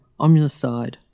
omnicide